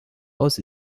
aus